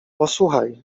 posłuchaj